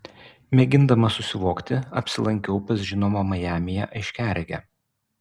mėgindama susivokti apsilankiau pas žinomą majamyje aiškiaregę